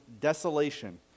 desolation